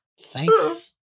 Thanks